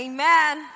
Amen